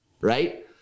right